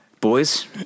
Boys